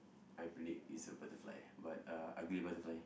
I believe it's a butterfly but uh ugly butterfly